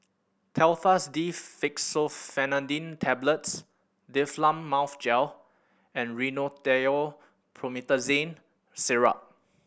Telfast D Fexofenadine Tablets Difflam Mouth Gel and Rhinathiol Promethazine Syrup